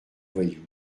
voyous